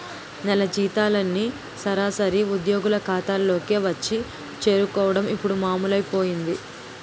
నెల జీతాలన్నీ సరాసరి ఉద్యోగుల ఖాతాల్లోకే వచ్చి చేరుకోవడం ఇప్పుడు మామూలైపోయింది